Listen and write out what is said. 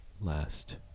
last